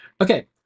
Okay